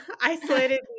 Isolated